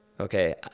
Okay